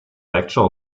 actual